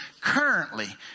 currently